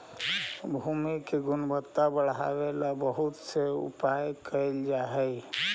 भूमि के गुणवत्ता बढ़ावे ला बहुत से उपाय कैल जा हई